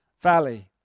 valley